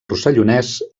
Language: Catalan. rossellonès